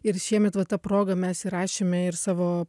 ir šiemet va ta proga mes įrašėme ir savo